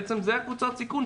בעצם זו קבוצת הסיכון,